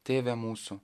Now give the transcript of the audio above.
tėve mūsų